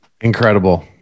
Incredible